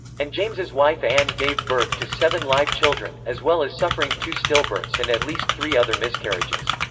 and james's wife anne gave birth to seven live children, as well as suffering two stillbirths and at least three other miscarriages.